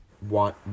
want